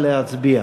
נא להצביע.